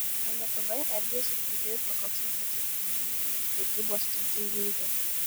ar lietuvoje erdvės ir pirkėjų pakaks vokietijos mažmeninės prekybos tinklui lidl